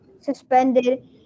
suspended